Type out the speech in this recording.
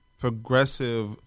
progressive